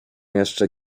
jeszcze